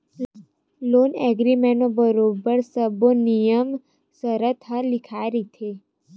loan agreement म बरोबर सब्बो नियम सरत ह लिखाए रहिथे